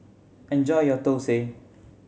enjoy your thosai